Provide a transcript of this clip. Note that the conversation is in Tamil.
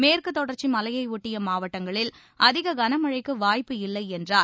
மேற்குதொடர்ச்சிமலையைஒட்டியமாவட்டங்களில் அதிககனமழைக்குவாய்ப்பு இல்லைஎன்றார்